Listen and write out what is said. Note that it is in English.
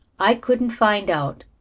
i couldn't find out.